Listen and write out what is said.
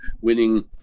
winning